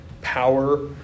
power